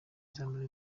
izamara